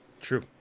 True